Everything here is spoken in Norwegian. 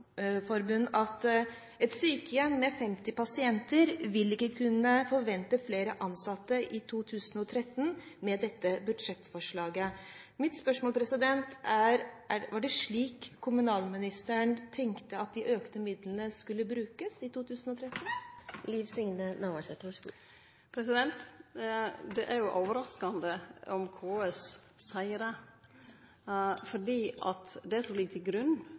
at et sykehjem med 50 pasienter ikke ville kunne forvente flere ansatte i 2013 med dette budsjettforslaget. Mitt spørsmål er: Var det slik kommunalministeren tenkte at de økte midlene skulle brukes i 2013? Det er overraskande om KS seier det, for det som ligg til grunn for utrekning av dei 5 mrd. kr, er nettopp at det